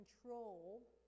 control